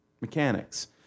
mechanics